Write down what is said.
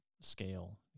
scale